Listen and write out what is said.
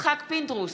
יצחק פינדרוס,